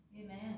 amen